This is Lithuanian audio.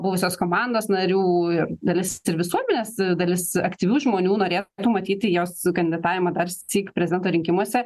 eko buvusios komandos narių ir dalis visuomenės dalis aktyvių žmonių norėtų matyti jos kandidatavimą darsyk prezidento rinkimuose